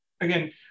again